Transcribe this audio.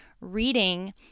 reading